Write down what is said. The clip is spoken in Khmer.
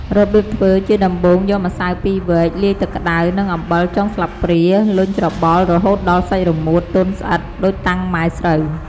របៀបធ្វើ ជាដំបូង យកម្សៅពីរវែក លាយទឹកក្តៅ និងអំបិលចុងស្លាបព្រា លុញច្របល់ រហូតដល់សាច់រមួត ទន់ ស្អិត ដូចតាំងម៉ែស្រូវ។